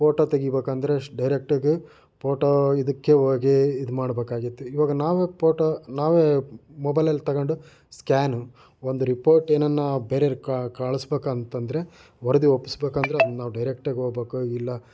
photo ತೆಗೀಬೇಕೆಂದ್ರೆ ಡೈರೆಕ್ಟಾಗಿ photo ಇದಕ್ಕೆ ಹೋಗಿ ಇದು ಮಾಡಬೇಕಾಗಿತ್ತು ಇವಾಗ ನಾವು ಪೋಟೋ ನಾವೇ ಮೊಬೈಲಲ್ಲಿ ತಗೊಂಡು ಸ್ಕ್ಯಾನು ಒಂದು ರಿಪೋರ್ಟ್ ಏನಾನ ಬೇರೆಯವ್ರಿಗೆ ಕಳಿಸ್ಬೇಕೆಂತಂದ್ರೆ ವರದಿ ಒಪ್ಪಿಸಬೇಕೆಂದ್ರೆ ನಾವು ಡೈರೆಕ್ಟಾಗಿ ಹೋಗಬೇಕು ಇಲ್ಲ